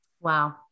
Wow